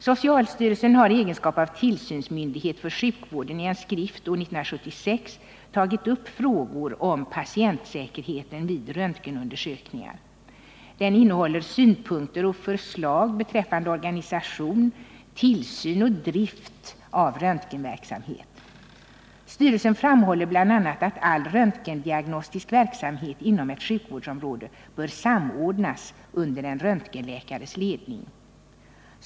Socialstyrelsen har i egenskap av tillsynsmyndighet för sjukvården i en skrift år 1976 tagit upp frågor om patientsäkerheten vid röntgenundersökningar . Den innehåller synpunkter och förslag beträffande organisation, tillsyn och drift av röntgenverksamhet. Styrelsen framhåller bl.a. att all röntgendiagnostisk verksamhet inom ett sjukvårdsområde bör samordnas under en röntgenläkares ledning.